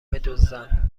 بدزدن